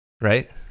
right